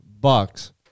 Bucks